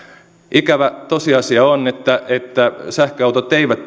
ikävä tosiasia on että sähköautot eivät